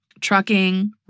Trucking